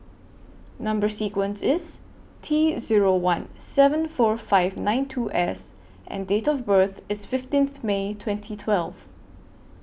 Number sequence IS T Zero one seven four five nine two S and Date of birth IS fifteenth May twenty twelve